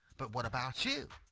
but what about you?